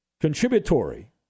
contributory